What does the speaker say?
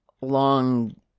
long